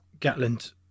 gatland